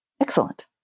Excellent